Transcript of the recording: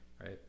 Right